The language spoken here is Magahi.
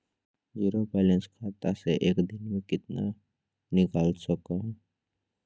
जीरो बायलैंस खाता से एक दिन में कितना निकाल सको है?